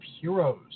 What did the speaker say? Heroes